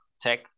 tech